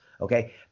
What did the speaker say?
okay